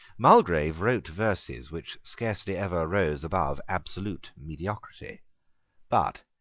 mulgrave wrote verses which scarcely ever rose above absolute mediocrity but,